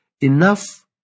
enough